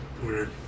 weird